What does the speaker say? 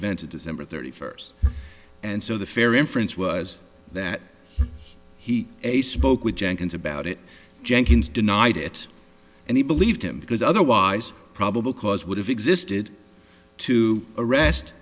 events of december thirty first and so the fair inference was that he a spoke with jenkins about it jenkins denied it and he believed him because otherwise probable cause would have existed to arrest